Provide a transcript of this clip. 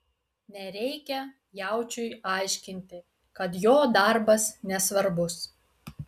nereikia jaučiui aiškinti kad jo darbas nesvarbus